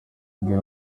bwira